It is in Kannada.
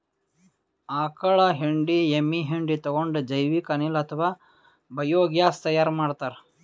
ಆಕಳ್ ಹೆಂಡಿ ಎಮ್ಮಿ ಹೆಂಡಿ ತಗೊಂಡ್ ಜೈವಿಕ್ ಅನಿಲ್ ಅಥವಾ ಬಯೋಗ್ಯಾಸ್ ತೈಯಾರ್ ಮಾಡ್ತಾರ್